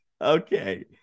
Okay